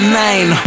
nine